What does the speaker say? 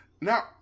Now